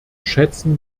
schätzen